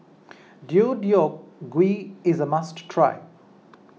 Deodeok Gui is a must try